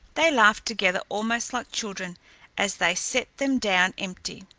they laughed together almost like children as they set them down empty.